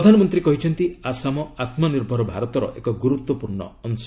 ପ୍ରଧାନମନ୍ତ୍ରୀ କହିଛନ୍ତି ଆସାମ ଆତ୍କନିର୍ଭର ଭାରତର ଏକ ଗୁରୁତ୍ୱପୂର୍ଣ୍ଣ ଅଂଶ